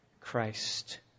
Christ